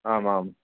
आम् आं